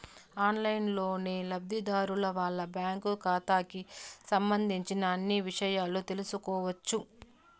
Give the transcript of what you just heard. ఆన్లైన్లోనే లబ్ధిదారులు వాళ్ళ బ్యాంకు ఖాతాకి సంబంధించిన అన్ని ఇషయాలు తెలుసుకోవచ్చు